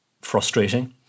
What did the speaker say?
frustrating